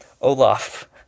Olaf